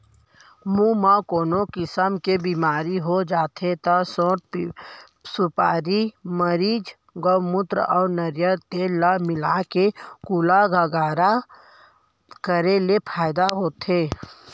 मुंह म कोनो किसम के बेमारी हो जाथे त सौंठ, सुपारी, मरीच, गउमूत्र अउ नरियर तेल ल मिलाके कुल्ला गरारा करे ले फायदा होथे